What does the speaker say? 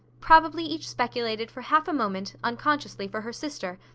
probably each speculated for half a moment, unconsciously, for her sister,